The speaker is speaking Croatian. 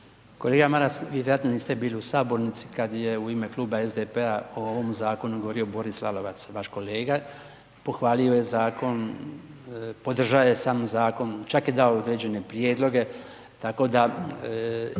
Kolega Maras vi vjerojatno niste bili u sabornici, kada je u ime Kluba SDP-a o ovom zakonu govorio Boris Lalovac, vaš kolega, pohvalio je zakon, podržao je sam zakon, čak je i dao određene prijedloge, tako da